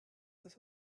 das